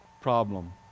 problem